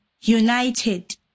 united